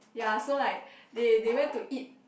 ya so like they they went to eat